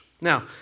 Now